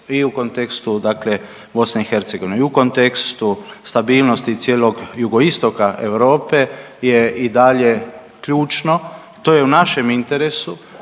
i u kontekstu dakle BiH i u kontekstu stabilnosti cijelog jugoistoka Europe je i dalje ključno, to je u našem interesu,